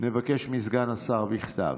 נבקש מסגן השר בכתב,